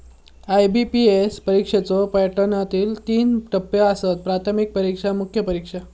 IBPS परीक्षेच्यो पॅटर्नात तीन टप्पो आसत, प्राथमिक परीक्षा, मुख्य परीक्षा